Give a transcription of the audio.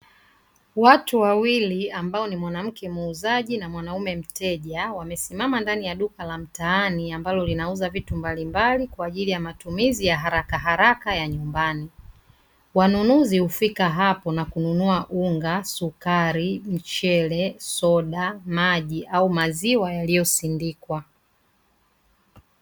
Watu wawili ambao ni mwanamke muuzaji na mwanaume mteja wamesimama ndani ya duka mtaani ambalo linauza vitu mbalimbali kwa ajili ya matumizi ya harakaharaka ya nyumbani wanunuzi hufika hapo na kununua unga, sukari, mchele, soda, maji au maziwa yaliyosindikwa.